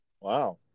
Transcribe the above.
Wow